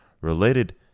related